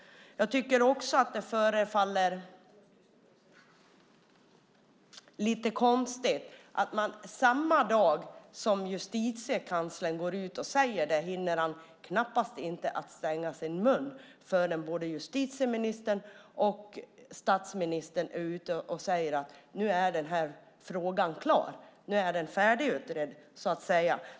Jag tycker också att det förefaller lite konstigt att både justitieministern och statsministern, samma dag som Justitiekanslern går ut med detta - han hinner knappast stänga sin mun - är ute och säger att denna fråga nu är färdigutredd.